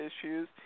issues